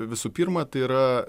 visų pirma tai yra